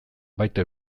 baita